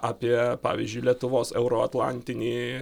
apie pavyzdžiui lietuvos euroatlantinį